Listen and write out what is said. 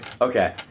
Okay